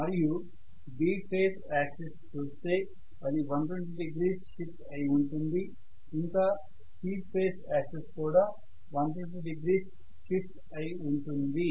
మరియు B phase axis ని చూస్తే అది 120 డిగ్రీస్ షిఫ్ట్ అయి ఉంటుంది ఇంకా C ఫేజ్ యాక్సిస్ కూడా 120 డిగ్రీస్ షిఫ్ట్ అయి ఉంటుంది